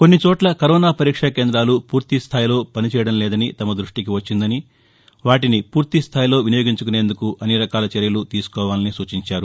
కొన్నిచోట్ల కరోనా పరీక్ష కేంద్రాలు పూర్తిస్థాయిలో పనిచేయడం లేదని తమ ధృష్ణికి వచ్చిందని వాటిని పూర్తిస్థాయిలో వినియోగించుకునేందుకు అన్ని రకాల చర్యలు తీసుకోవాలని సూచించారు